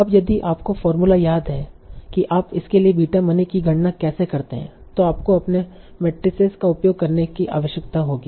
अब यदि आपको फोर्मुला याद है कि आप इसके लिए बीटा मनी की गणना कैसे करते हैं तो आपको अपने मेट्रिसेस का उपयोग करने की आवश्यकता होगी